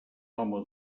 home